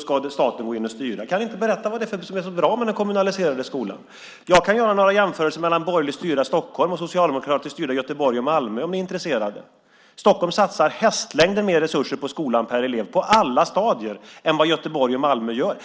ska staten gå in och styra. Kan ni inte berätta vad det är som är så bra med den kommunaliserade skolan? Jag kan göra några jämförelser mellan borgerligt styrda Stockholm och socialdemokratiskt styrda Göteborg och Malmö om ni är intresserade. Stockholm satsar hästlängder mer resurser på skolan per elev på alla stadier än vad Göteborg och Malmö gör.